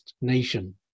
nation